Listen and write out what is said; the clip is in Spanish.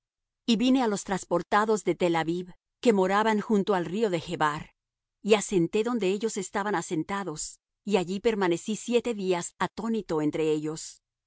y vine á los trasportados en telabib que moraban junto al río de chebar y asenté donde ellos estaban asentados y allí permanecí siete días atónito entre ellos